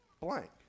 blank